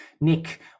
Nick